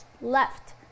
left